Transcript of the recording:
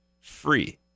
Free